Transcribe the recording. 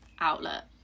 outlet